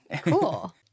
Cool